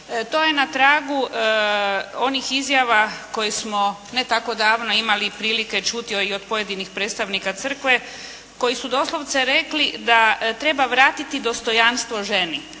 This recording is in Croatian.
To je na tragu onih izjava koje smo ne tako davno imali prilike čuti i od pojedinih predstavnika crkve koji su doslovce rekli da treba vratiti dostojanstvo ženi,